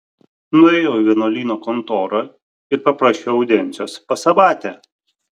nuėjau į vienuolyno kontorą ir paprašiau audiencijos pas abatę